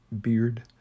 beard